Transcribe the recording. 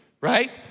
right